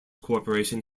corporation